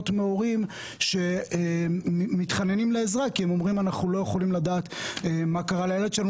מהורים שאומרים שהם לא יכולים לדעת מה קרה לילד שלהם,